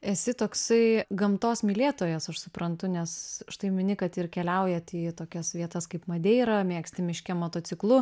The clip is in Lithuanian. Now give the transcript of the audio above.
esi toksai gamtos mylėtojas aš suprantu nes štai mini kad ir keliaujat į tokias vietas kaip madeira mėgsti miške motociklu